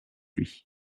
lui